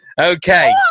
Okay